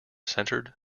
centered